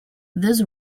this